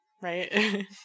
Right